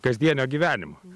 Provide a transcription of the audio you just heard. kasdienio gyvenimo